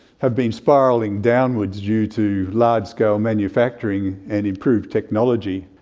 have been spiralling downwards due to large-scale manufacturing and improved technology.